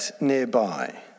nearby